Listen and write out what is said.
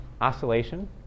oscillation